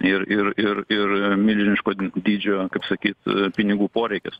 ir ir ir ir milžiniško dydžio kaip sakyt pinigų poreikis